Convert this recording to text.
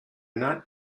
not